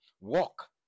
Walk